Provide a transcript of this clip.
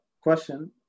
question